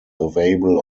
available